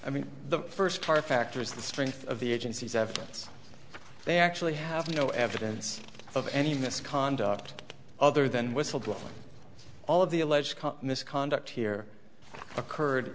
i mean the first part factors the strength of the agency's evidence they actually have no evidence of any misconduct other than whistleblower all of the alleged misconduct here occurred